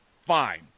Fine